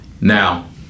Now